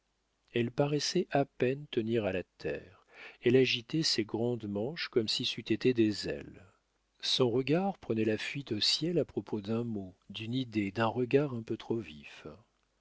elle paraissait à peine tenir à la terre elle agitait ses grandes manches comme si c'eût été des ailes son regard prenait la fuite au ciel à propos d'un mot d'une idée d'un regard un peu trop vifs